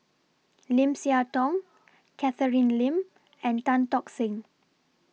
Lim Siah Tong Catherine Lim and Tan Tock Seng